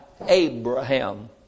Abraham